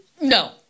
No